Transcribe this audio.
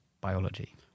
biology